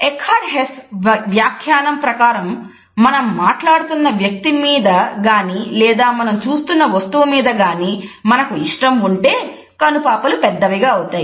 Eckhard Hess వ్యాఖ్యానం ప్రకారం మనం మాట్లాడుతున్న వ్యక్తి మీద గాని లేదా మనం చూస్తున్న వస్తువు మీద గాని మనకు ఇష్టం ఉంటే కనుపాపలు పెద్దగా అవుతాయి